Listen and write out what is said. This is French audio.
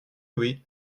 oui